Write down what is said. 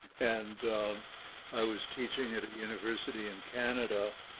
and i was teaching at a university in canada,